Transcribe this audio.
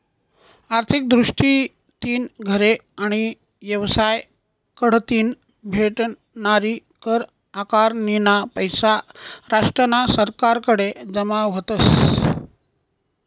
आर्थिक दृष्टीतीन घरे आणि येवसाय कढतीन भेटनारी कर आकारनीना पैसा राष्ट्रना सरकारकडे जमा व्हतस